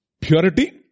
Purity